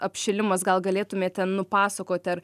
apšilimas gal galėtumėte nupasakoti ar